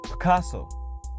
Picasso